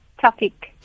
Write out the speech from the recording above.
topic